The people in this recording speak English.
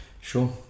Sure